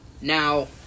Now